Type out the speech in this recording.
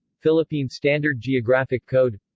philippine standard geographic code